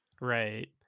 right